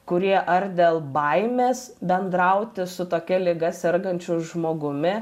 kurie ar dėl baimės bendrauti su tokia liga sergančiu žmogumi